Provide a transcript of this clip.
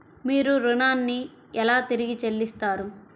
మీరు ఋణాన్ని ఎలా తిరిగి చెల్లిస్తారు?